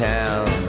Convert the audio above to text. Town